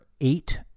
eight